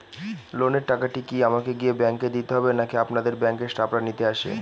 লোনের টাকাটি কি আমাকে গিয়ে ব্যাংক এ দিতে হবে নাকি আপনাদের ব্যাংক এর স্টাফরা নিতে আসে?